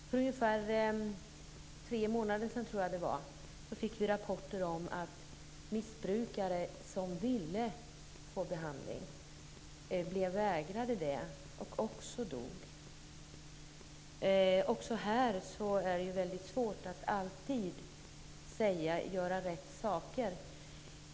För ungefär tre månader sedan fick vi rapporter om att missbrukare som ville ha behandling blev vägrade det och dog. Också här är det väldigt svårt att göra rätt saker.